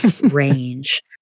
range